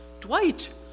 Dwight